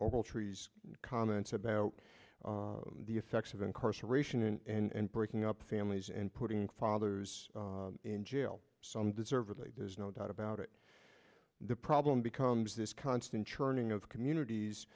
ogletree comments about the effects of incarceration in and breaking up families and putting fathers in jail some deservedly there's no doubt about it the problem becomes this constant churning of communities